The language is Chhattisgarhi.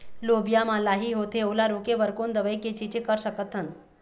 लोबिया मा लाही होथे ओला रोके बर कोन दवई के छीचें कर सकथन?